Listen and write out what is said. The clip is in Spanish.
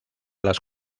las